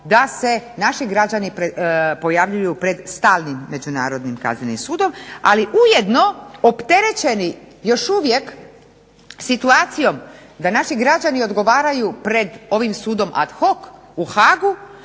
da se naši građani pojavljuju pred stalnim međunarodnim kaznenim sudom, ali ujedno opterećeni još uvijek situacijom da naši građani odgovaraju pred ovim sudom ad hoc u Haagu